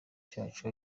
cyacu